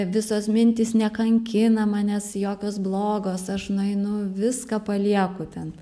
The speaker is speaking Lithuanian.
visos mintys nekankina manęs jokios blogos aš nueinu viską palieku ten